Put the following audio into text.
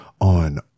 on